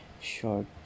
short